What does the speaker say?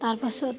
তাৰ পাছত